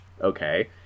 okay